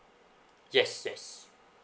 yes yes